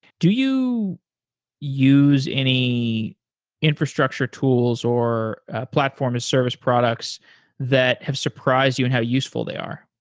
do you use any infrastructure tools or platform as service products that have surprised you and how useful they are?